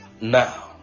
now